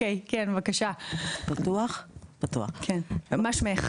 כן, בבקשה, מה שמך?